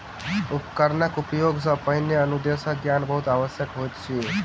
उपकरणक उपयोग सॅ पहिने अनुदेशक ज्ञान बहुत आवश्यक होइत अछि